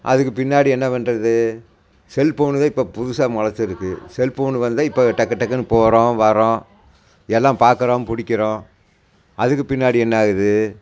அதுக்கு பின்னாடி என்ன பண்ணுறது செல்போனு தான் இப்போ புதுசாக முளைச்சிருக்கு செல்போனு வந்து தான் இப்போ டக்கு டக்குன்னு போகிறோம் வர்றோம் எல்லாம் பார்க்கறோம் பிடிக்கிறோம் அதுக்கு பின்னாடி என்ன ஆகுது